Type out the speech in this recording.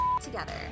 together